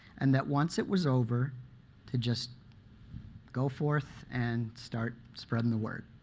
and that once it was over to just go forth and start spreading the word.